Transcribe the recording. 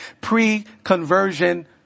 pre-conversion